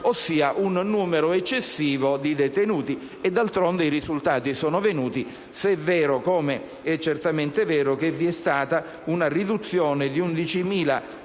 ossia un numero eccessivo di detenuti. D'altronde i risultati sono arrivati se è vero, com'è certamente vero, che vi è stata una riduzione di 11.000